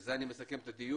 בזה אני מסכם את הדיון.